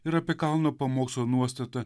ir apie kalno pamokslo nuostatą